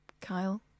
Kyle